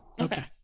Okay